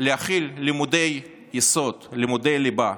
להחיל לימודי יסוד, לימודי ליבה,